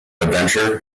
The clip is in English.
adventure